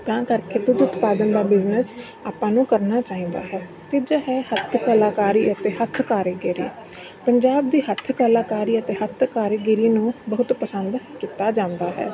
ਤਾਂ ਕਰਕੇ ਦੁੱਧ ਉਤਪਾਦਨ ਦਾ ਬਿਜ਼ਨਸ ਆਪਾਂ ਨੂੰ ਕਰਨਾ ਚਾਹੀਦਾ ਹੈ ਤੀਜਾ ਹੈ ਹੱਥ ਕਲਾਕਾਰੀ ਅਤੇ ਹੱਥ ਕਾਰੀਗਿਰੀ ਪੰਜਾਬ ਦੀ ਹੱਥ ਕਾਲਾਕਾਰੀ ਅਤੇ ਹੱਥ ਕਾਰੀਗਿਰੀ ਨੂੰ ਬਹੁਤ ਪਸੰਦ ਕੀਤਾ ਜਾਂਦਾ ਹੈ